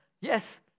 Yes